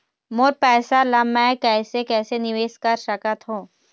मोर पैसा ला मैं कैसे कैसे निवेश कर सकत हो?